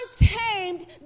untamed